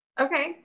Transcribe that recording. Okay